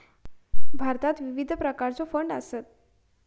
भारतात विविध प्रकारचो फंड आसत